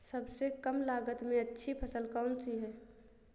सबसे कम लागत में अच्छी फसल कौन सी है?